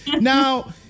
Now